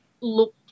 look